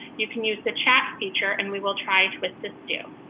you can use the chat feature and we will try to assist you.